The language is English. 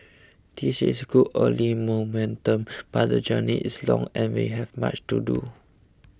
this is good early momentum but the journey is long and we have much to do